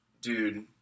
dude